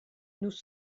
nous